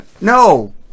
No